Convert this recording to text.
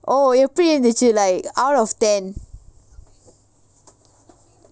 oh எப்பிடி இருந்திச்சி:eppidi irunthichi like out of ten